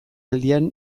aldian